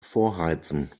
vorheizen